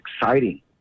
exciting